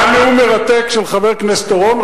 היה נאום מרתק של חבר הכנסת אורון,